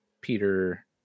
Peter